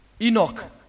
Enoch